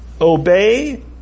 obey